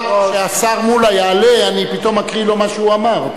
כשהשר מולה יעלה אני פתאום אקריא לו מה שהוא אמר.